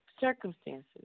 circumstances